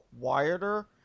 quieter